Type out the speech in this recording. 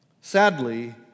Sadly